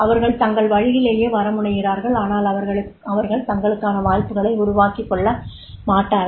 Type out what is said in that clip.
அவர்கள் தங்கள் வழியிலேயே வர முனைகிறார்கள் ஆனால் அவர்கள் தங்களுக்கான வாய்ப்புகளை உருவாக்கிக் கொள்ளமாட்டார்கள்